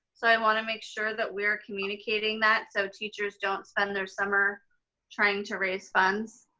so i wanna make sure that we're communicating that so teachers don't spend their summer trying to raise funds.